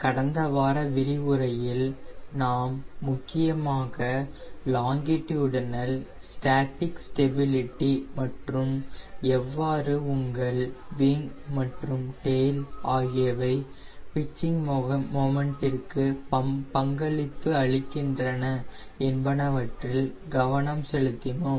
கடந்த வார விரிவுரையில் நாம் முக்கியமாக லாங்கிடுடினல் ஸ்டாட்டிக் ஸ்டெபிளிட்டி மற்றும் எவ்வாறு உங்கள் விங் மற்றும் டெயில் ஆகியவை பிட்சிங் மொமண்டிற்கு பங்களிப்பு அளிக்கின்றன என்பனவற்றில் கவனம் செலுத்தினோம்